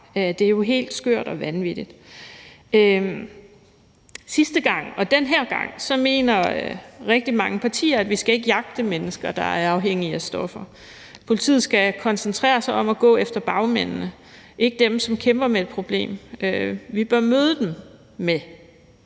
Det er jo helt skørt og vanvittigt. Sidste gang mente og den her gang mener rigtig mange partier, at vi ikke skal jagte mennesker, der er afhængige af stoffer. Politiet skal koncentrere sig om at gå efter bagmændene – ikke dem, som kæmper med et problem. Vi bør møde dem med